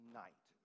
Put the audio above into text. night